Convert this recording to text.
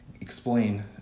explain